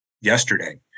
yesterday